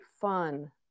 fun